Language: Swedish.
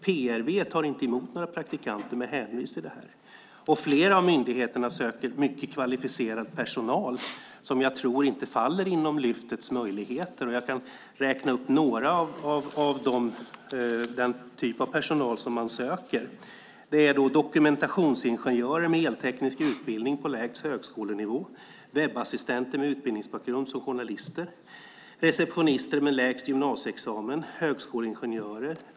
PRV tar inte emot några praktikanter med hänvisning till detta. Flera av myndigheterna söker också mycket kvalificerad personal som jag inte tror faller inom Lyftets möjligheter. Jag kan räkna upp några av de typer av personal man söker. Det är dokumentationsingenjörer med elteknisk utbildning på lägst högskolenivå, webbassistenter med utbildningsbakgrund som journalister, receptionister med lägst gymnasieexamen och högskoleingenjörer.